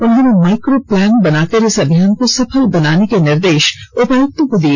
उन्होंने micro plan बनाकर इस अभियान को सफल बनाने के निर्देश उपायुक्तों को दिए